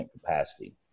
capacity